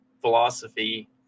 philosophy